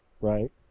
Right